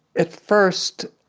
at first,